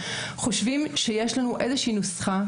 חושבים שיש לנו איזה נוסחה,